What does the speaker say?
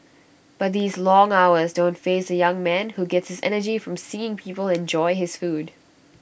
but these long hours don't faze the young man who gets his energy from seeing people enjoy his food